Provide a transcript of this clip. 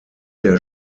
der